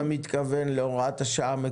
אתה מתכוון להוראת השעה?